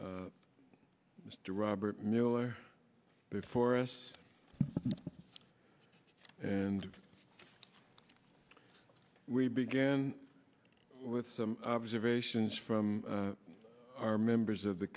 mr robert mueller before us and we began with some observations from our members of the